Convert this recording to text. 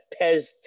Pez